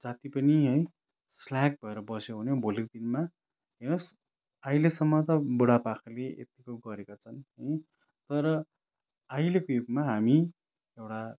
जाति पनि है स्ल्याग भएर बस्यौँ भने भोलिको दिनमा हेर्नुहोस अहिलेसम्म त बुढापाकाले यत्रो गरेको छ है तर अहिलेको युगमा हामी एउटा